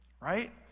right